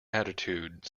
attitude